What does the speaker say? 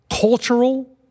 cultural